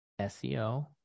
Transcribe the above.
SEO